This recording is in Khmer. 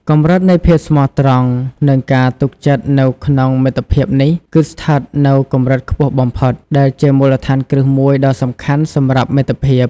កម្រិតនៃភាពស្មោះត្រង់និងការទុកចិត្តនៅក្នុងមិត្តភាពនេះគឺស្ថិតនៅកម្រិតខ្ពស់បំផុត ដែលជាមូលដ្ឋានគ្រឹះមួយដ៏សំខាន់សម្រាប់មិត្តភាព។